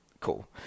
cool